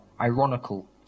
ironical